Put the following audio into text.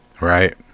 Right